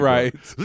Right